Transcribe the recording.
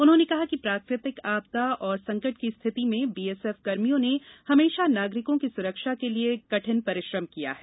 उन्होंने कहा कि प्राकृतिक आपदा और संकट की स्थिति में बी एस एफ कर्मियों ने हमेशा नागरिकों की सुरक्षा के लिए कठिन परिश्रम किया है